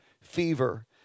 fever